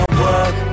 work